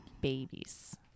babies